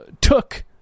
took